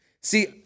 See